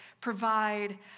provide